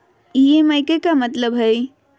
EMI के का मतलब हई?